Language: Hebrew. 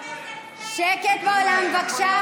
שקט באולם, בבקשה.